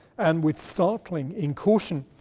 and with starkling in caution,